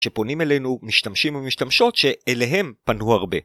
שפונים אלינו משתמשים ומשתמשות שאליהם פנו הרבה.